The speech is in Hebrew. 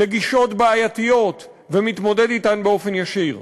לגישות בעייתיות, ומתמודד אתן באופן ישיר.